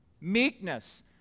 Meekness